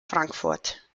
frankfurt